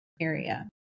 area